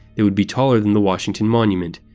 they would be taller than the washington monument.